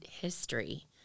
history